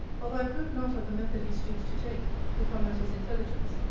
although i approve not of the method he stoops to take to come at his intelligence,